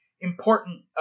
important